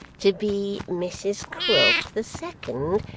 to be mrs quilp the second,